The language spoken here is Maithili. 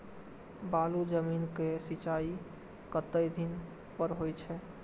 बालू जमीन क सीचाई कतेक दिन पर हो छे?